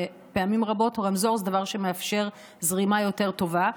ופעמים רבות רמזור זה דבר שמאפשר זרימה יותר טובה.